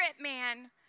man